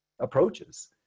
approaches